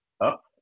up